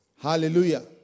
Hallelujah